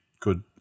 good